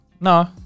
No